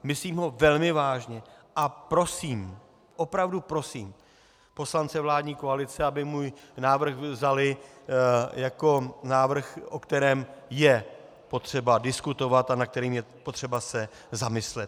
Myslím ho velmi vážně a prosím, opravdu prosím poslance vládní koalice, aby můj návrh vzali jako návrh, o kterém je potřeba diskutovat a nad kterým je potřeba se zamyslet.